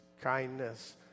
kindness